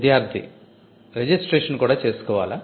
విద్యార్ధి రిజిస్ట్రేషన్ కూడా చేసుకోవాలా